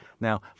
Now